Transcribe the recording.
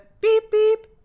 beep-beep